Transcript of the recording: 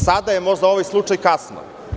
Sada možda za ovaj slučaj kasno.